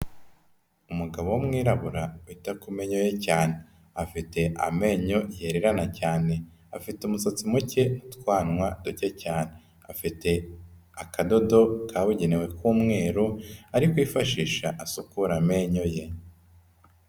Umugabo w'umwirabura wita ku menyo ye cyane, afite amenyo yererana cyane, afite umusatsi muke n'utwanwa duke cyane, afite akadodo kabugenewe k'umweru ari kwifashisha asukura amenyo ye.